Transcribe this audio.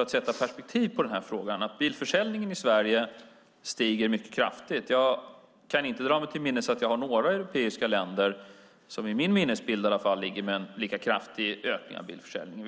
att sätta frågan i perspektiv, konstatera att bilförsäljningen i Sverige stiger mycket kraftigt. Jag kan inte dra mig till minnes några europeiska länder som har en lika kraftig ökning av bilförsäljningen.